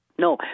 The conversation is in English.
No